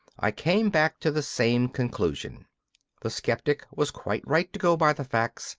i came back to the same conclusion the sceptic was quite right to go by the facts,